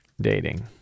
dating